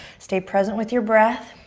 stay present with your breath.